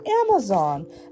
Amazon